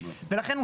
ולכן,